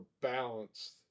balanced